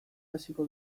hasiko